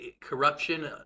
corruption